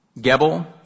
Gebel